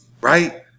Right